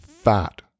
fat